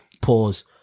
Pause